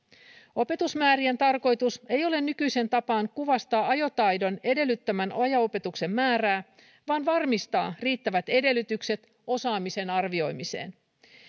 opetusmäärien tarkoitus ei ole nykyiseen tapaan kuvastaa ajotaidon edellyttämän ajo opetuksen määrää vaan varmistaa riittävät edellytykset osaamisen arvioimiseen